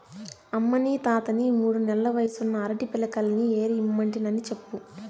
అమ్మనీ తాతని మూడు నెల్ల వయసున్న అరటి పిలకల్ని ఏరి ఇమ్మంటినని చెప్పు